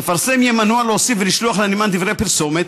המפרסם יהיה מנוע מלהוסיף ולשלוח לנמען דברי פרסומת,